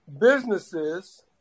businesses